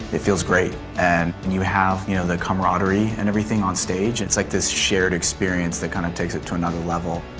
it feels great. and when and you have you know the camaraderie and everything on stage, it's like this shared experience that kind of takes it to another level,